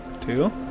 Two